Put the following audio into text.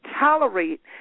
tolerate